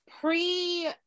pre